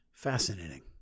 Fascinating